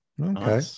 Okay